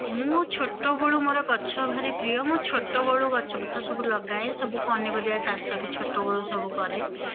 ମୁଁ ଛୋଟବେଳୁ ମୋର ଗଛ ଭାରି ପ୍ରିୟ ମୁଁ ଛୋଟବେଳୁ ଗଛପତ୍ର ସବୁ ଲଗାଏ ସବୁ ପନିପରିବା ଚାଷ ବି ଛୋଟବେଳୁ ସବୁ କରେ